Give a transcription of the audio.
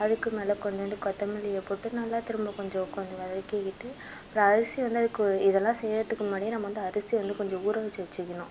அதுக்கு மேல் கொஞ்சூண்டு கொத்தமல்லியை போட்டு நல்லா திரும்ப கொஞ்சம் கொஞ்சம் வதக்கிக்கிட்டு அப்றம் அரிசி வந்து அதுக்கு இதலாம் செய்யறதுக்கு முன்னாடியே நம்ம வந்து அரிசியை வந்து கொஞ்சம் ஊற வச்சு வச்சுக்கணும்